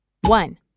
One